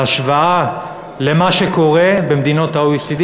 בהשוואה למה שקורה במדינות ה-OECD,